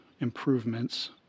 improvements